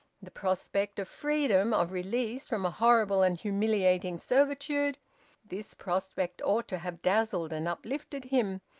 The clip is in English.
the prospect of freedom, of release from a horrible and humiliating servitude this prospect ought to have dazzled and uplifted him,